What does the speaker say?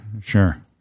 sure